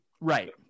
Right